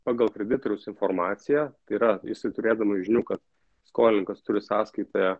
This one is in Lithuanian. pagal kreditoriaus informaciją yra jisai turėdamas žinių kad skolininkas turi sąskaitą